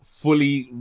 Fully